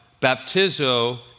Baptizo